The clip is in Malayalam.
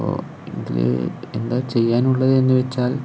അപ്പോൾ ഇതില് എന്താ ചെയ്യാനുള്ളത് എന്ന് വെച്ചാൽ